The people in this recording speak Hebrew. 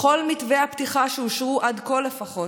בכל מתווי הפתיחה שאושרו, עד כה לפחות,